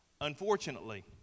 Unfortunately